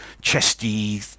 chesty